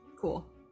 cool